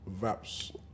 vaps